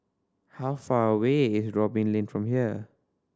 how far away is Robin Lane from here